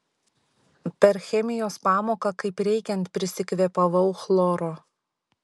per chemijos pamoką kaip reikiant prisikvėpavau chloro